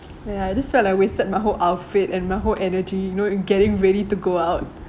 ya just felt like I wasted my whole outfit and my whole energy you know in getting ready to go out